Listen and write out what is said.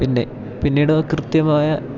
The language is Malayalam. പിന്നെ പിന്നീടത് കൃത്യമായ